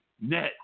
net